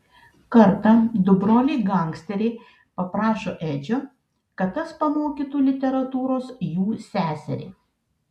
kartą du broliai gangsteriai paprašo edžio kad tas pamokytų literatūros jų seserį